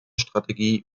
strategie